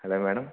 hello madam